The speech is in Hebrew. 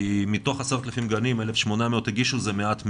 כי מתוך 10,000 גנים 1,800 הגישו זה מעט מאוד.